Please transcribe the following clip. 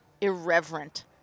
irreverent